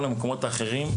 לכל המקומות האחרים.